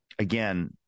Again